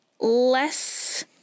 less